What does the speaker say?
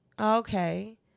Okay